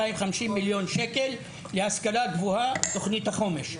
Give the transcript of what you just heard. מיליון שקל להשכלה גבוהה בתוכנית החומש.